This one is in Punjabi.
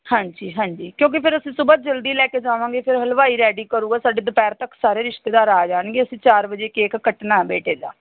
ਹਾਂਜੀ ਹਾਂਜੀ ਕਿਉਂਕਿ ਫਿਰ ਅਸੀਂ ਸੁਬਾਹ ਜਲਦੀ ਲੈ ਕੇ ਜਾਵਾਂਗੇ ਫਿਰ ਹਲਵਾਈ ਰੈਡੀ ਕਰੂਗਾ ਸਾਡੀ ਦੁਪਹਿਰ ਤੱਕ ਸਾਰੇ ਰਿਸ਼ਤੇਦਾਰ ਆ ਜਾਣਗੇ ਅਸੀਂ ਚਾਰ ਵਜੇ ਕੇਕ ਕੱਟਣਾ ਬੇਟੇ ਦਾ